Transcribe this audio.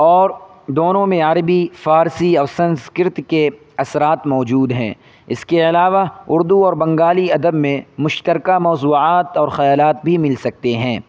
اور دونوں میں عربی فارسی اور سنسکرت کے اثرات موجود ہیں اس کے علاوہ اردو اور بنگالی ادب میں مشترکہ موضوعات اور خیالات بھی مل سکتے ہیں